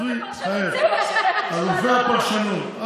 איזו פרשנות?